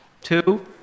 two